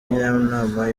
njyanama